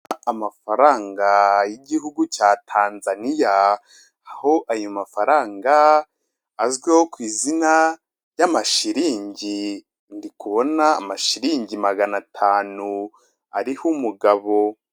Amafaranga y'igihugu cya Tanzaniya aho ayo mafaranga azwiho ku izina ry'amashiringi ndikubona amashilingi magana atanu ariho umugabo.